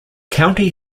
county